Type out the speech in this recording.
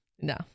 No